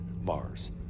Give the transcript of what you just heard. Mars